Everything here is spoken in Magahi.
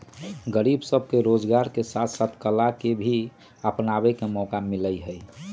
गरीब सब के रोजगार के साथ साथ कला के भी अपनावे के मौका मिला हई